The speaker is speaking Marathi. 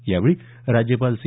यावेळी राज्यपाल सी